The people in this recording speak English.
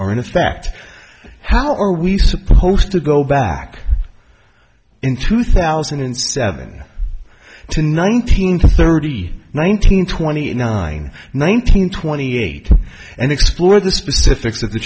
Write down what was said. are in effect how are we supposed to go back in two thousand and seven to nineteen thirty nineteen twenty nine nineteen twenty eight and explore the specifics of the